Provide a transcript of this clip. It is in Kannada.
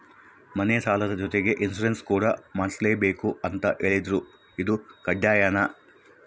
ಮನೆ ಸಾಲದ ಜೊತೆಗೆ ಇನ್ಸುರೆನ್ಸ್ ಕೂಡ ಮಾಡ್ಸಲೇಬೇಕು ಅಂತ ಹೇಳಿದ್ರು ಇದು ಕಡ್ಡಾಯನಾ?